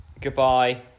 Goodbye